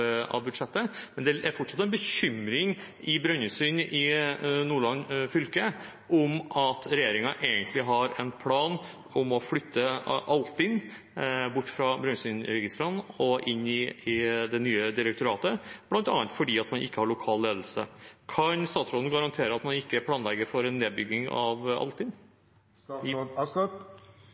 av budsjettet. Men det er fortsatt en bekymring i Brønnøysund i Nordland fylke for at regjeringen egentlig har en plan om å flytte Altinn bort fra Brønnøysundregistrene og inn i det nye direktoratet, bl.a. fordi man ikke har lokal ledelse. Kan statsråden garantere at man ikke planlegger for en nedbygging av